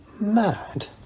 mad